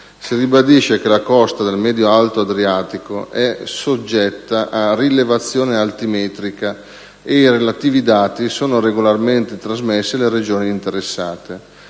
Si ribadisce che la costa del medio-alto Adriatico è soggetta a rilevazione altimetrica e i relativi dati sono regolarmente trasmessi alle Regioni interessate.